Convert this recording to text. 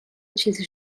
چیزی